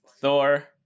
Thor